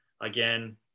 Again